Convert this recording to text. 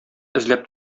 эзләп